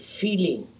feeling